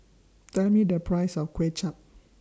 Tell Me The Price of Kuay Chap